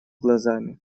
глазами